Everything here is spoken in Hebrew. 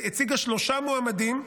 הציגה שלושה מועמדים,